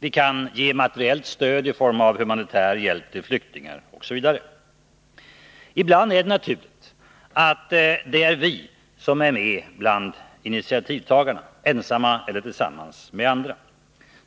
Vi kan ge materiellt stöd i form av humanitär hjälp till flyktingar osv. Ibland är det naturligt att det är vi som är med bland initiativtagarna — ensamma eller tillsammans med andra.